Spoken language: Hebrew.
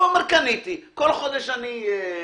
האדם קונה, כל חודש משלם.